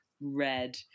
red